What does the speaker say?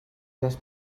les